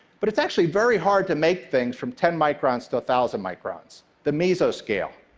but it's actually very hard to make things from ten microns to thousand microns, the mesoscale.